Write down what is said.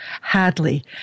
Hadley